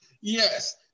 yes